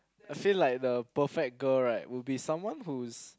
I say like the perfect girl right would be someone whose